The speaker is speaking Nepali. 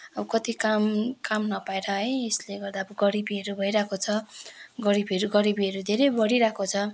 अब कति काम काम नपाएर है यसले गर्दा अब गरिबीहरू भइरहेको छ गरिबीहरू गरिबीहरू धेरै बढिरहेको छ